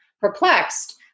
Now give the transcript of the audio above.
perplexed